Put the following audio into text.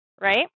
right